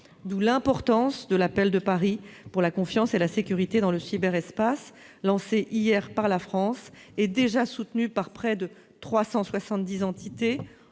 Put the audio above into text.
d'où l'importance de l'appel de Paris pour la confiance et la sécurité dans le cyberespace, lancé hier par la France et déjà soutenu par près de 370 entités,